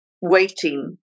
waiting